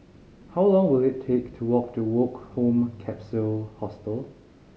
how long will it take to walk to Woke Home Capsule Hostel